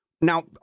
Now